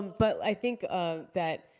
but i think that